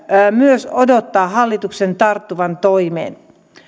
myös odottaa hallituksen tarttuvan toimeen